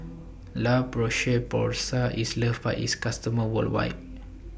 La Roche Porsay IS loved By its customers worldwide